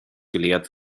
gelehrt